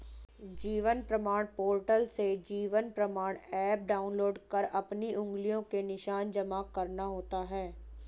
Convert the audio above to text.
जीवन प्रमाण पोर्टल से जीवन प्रमाण एप डाउनलोड कर अपनी उंगलियों के निशान जमा करना होता है